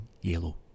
yellow